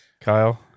Kyle